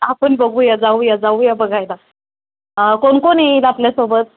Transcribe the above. आपण बघूया जाऊया जाऊया बघायला कोण कोण येईल आपल्यासोबत